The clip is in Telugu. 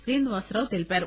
శ్రీనివాసరావు తెలిపారు